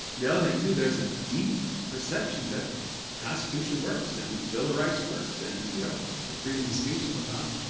the other thing too there's a deep perception that the constitution works and bill of rights works and you know it's freedom and speech and whatnot